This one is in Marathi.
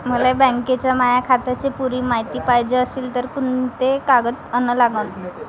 मले बँकेच्या माया खात्याची पुरी मायती पायजे अशील तर कुंते कागद अन लागन?